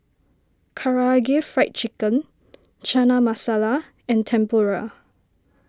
Karaage Fried Chicken Chana Masala and Tempura